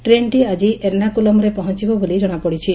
ଟ୍ରେନ୍ଟି ଆଜି ଏର୍ଣ୍ଡାକୁଲମ୍ରେ ପହଞିବ ବୋଲି ଜଣାପଡ଼ିଛି